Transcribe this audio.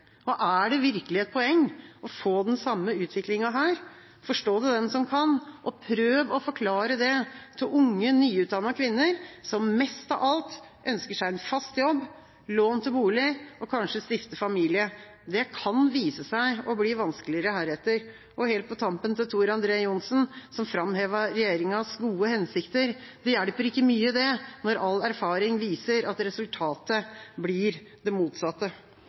Norge. Er det virkelig et poeng å få den samme utviklinga her? Forstå det den som kan, og prøv å forklare det til unge, nyutdanna kvinner som mest av alt ønsker seg en fast jobb, lån til bolig og kanskje å stifte familie. Det kan vise seg å bli vanskeligere heretter. Helt på tampen, til Tor André Johnsen, som framhevet regjeringas gode hensikter: Det hjelper ikke mye, det, når all erfaring viser at resultatet blir det motsatte.